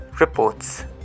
reports